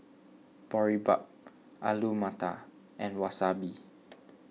Boribap Alu Matar and Wasabi